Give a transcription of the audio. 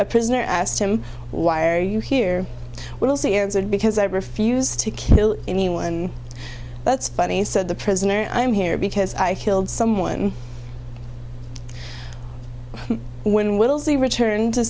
a prisoner asked him why are you here we'll see answered because i refused to kill anyone that's funny said the prisoner i'm here because i killed someone when will be returned to